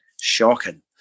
shocking